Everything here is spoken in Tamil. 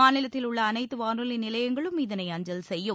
மாநிலத்தில் உள்ள அனைத்து வானொலி நிலையங்களும் இதனை அஞ்சல் செய்யும்